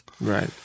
right